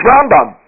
Rambam